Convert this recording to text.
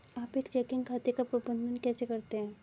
आप एक चेकिंग खाते का प्रबंधन कैसे करते हैं?